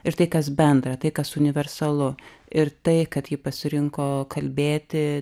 ir tai kas bendra tai kas universalu ir tai kad ji pasirinko kalbėti